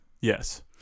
Yes